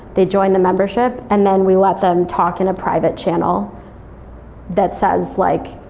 they join the membership and then we let them talk in a private channel that says like,